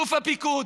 אלוף הפיקוד,